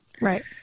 Right